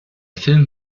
film